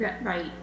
Right